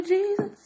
Jesus